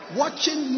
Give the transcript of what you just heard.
watching